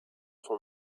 son